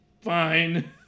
Fine